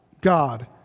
God